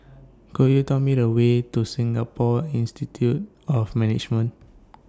Could YOU Tell Me The Way to Singapore Institute of Management